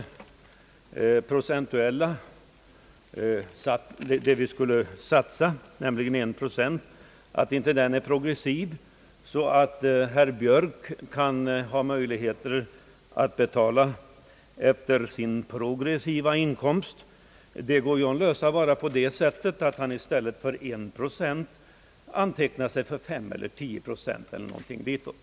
Det problemet att det belopp som vi skulle satsa, alltså 1 procent, inte skulle utagas efter en progressiv skala, så att herr Björk kan få möjlighet att bidraga efter sin inkomst, kan ju lösas bara på det sättet, att han i stället för 1 procent antecknar sig för 5 eller 10 procent eller någonting ditåt.